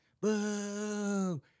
Boo